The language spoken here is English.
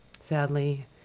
sadly